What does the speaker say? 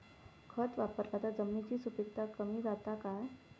खत वापरला तर जमिनीची सुपीकता कमी जाता काय?